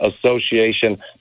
Association